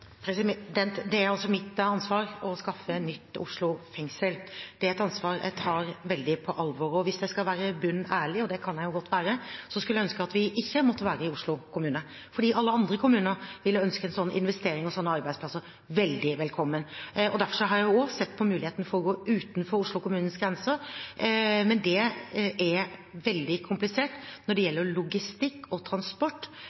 Det er mitt ansvar å skaffe et nytt Oslo fengsel. Det er et ansvar jeg tar veldig på alvor, og hvis jeg skal være dønn ærlig – og det kan jeg jo godt være – skulle jeg ønske at vi ikke måtte være i Oslo kommune, for alle andre kommuner ville ønsket en slik investering og slike arbeidsplasser veldig velkommen. Derfor har jeg også sett på muligheten for å gå utenfor Oslo kommunes grenser, men det er veldig komplisert når det